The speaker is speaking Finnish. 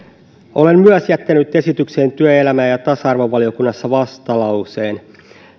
olen myös jättänyt esitykseen työelämä ja ja tasa arvovaliokunnassa vastalauseen